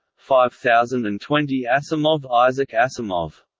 five thousand and twenty asimov um like asimov